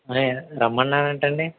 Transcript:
అయ్యా రమ్మన్నారుట అండి